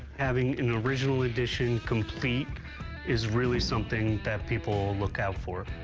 having an original edition complete is really something that people look out for.